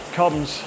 comes